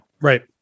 Right